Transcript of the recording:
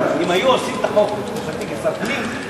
אם היו עושים את החוק בתקופתי כשר הפנים,